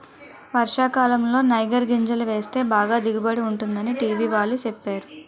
వర్షాకాలంలో నైగర్ గింజలు వేస్తే బాగా దిగుబడి ఉంటుందని టీ.వి వాళ్ళు సెప్పేరు